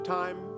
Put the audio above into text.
time